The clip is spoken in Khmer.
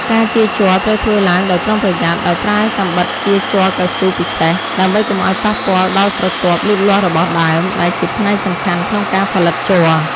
ការចៀរជ័រត្រូវធ្វើឡើងដោយប្រុងប្រយ័ត្នដោយប្រើកាំបិតចៀរជ័រកៅស៊ូពិសេស ដើម្បីកុំឱ្យប៉ះពាល់ដល់ស្រទាប់លូតលាស់របស់ដើម ដែលជាផ្នែកសំខាន់ក្នុងការផលិតជ័រ។